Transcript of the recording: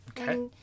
Okay